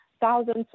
thousands